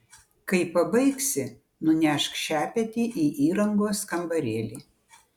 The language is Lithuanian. kai pabaigsi nunešk šepetį į įrangos kambarėlį